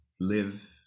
live